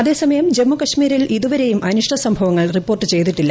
അതേസമയം ജമ്മു കശ്മീരിൽ ഇതുവരെയും അനിഷ്ട സംഭവങ്ങൾ റിപ്പോർട്ട് ചെയ്തിട്ടില്ല